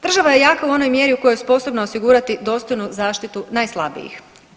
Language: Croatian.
Država je jaka u onoj mjeri u kojoj je sposobna osigurati dostojnu zaštitu najslabijih.